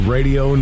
Radio